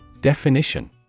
Definition